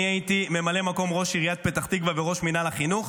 אני הייתי ממלא מקום ראש עיריית פתח תקווה וראש מינהל החינוך.